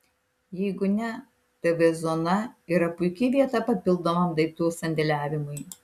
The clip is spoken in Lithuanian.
jeigu ne tv zona yra puiki vieta papildomam daiktų sandėliavimui